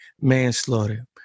manslaughter